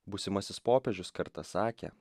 būsimasis popiežius kartą sakė